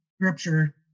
scripture